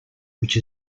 which